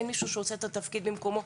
אין מישהו שעושה את התפקיד במקומו,